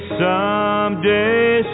someday